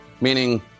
meaning